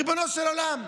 ריבונו של עולם,